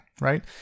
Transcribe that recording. right